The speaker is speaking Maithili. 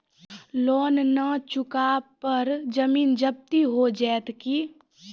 लोन न चुका पर जमीन जब्ती हो जैत की?